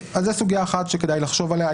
זאת סוגיה אחת שכדאי לחשוב עליה,